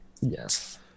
Yes